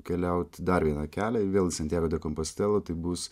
keliaut dar vieną kelią ir vėl į santjago de kompostelą tai bus